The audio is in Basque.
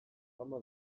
fama